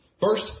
First